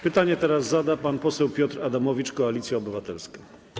Pytanie zada pan poseł Piotr Adamowicz, Koalicja Obywatelska.